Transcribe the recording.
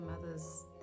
mother's